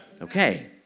Okay